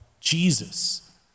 Jesus